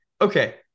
Okay